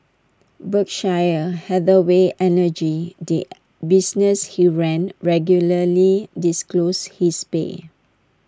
Berkshire Hathaway energy the business he ran regularly disclosed his pay